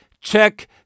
check